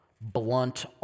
blunt